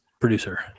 producer